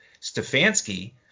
Stefanski